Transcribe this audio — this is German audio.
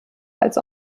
als